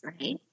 right